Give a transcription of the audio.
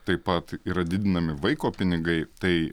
taip pat yra didinami vaiko pinigai tai